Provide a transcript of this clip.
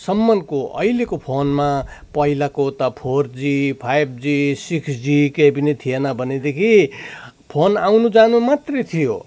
सम्मको अहिलेको फोनमा पहिलाको त four G five G six G केही पनि थिएन भनेदेखि फोन आउनु जानु मात्रै थियो